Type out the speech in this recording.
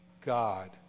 God